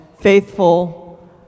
faithful